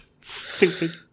stupid